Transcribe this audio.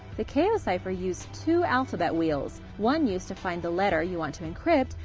the chaocipher used two alphabet wheels one used to find the letter you want to encrypt,